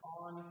on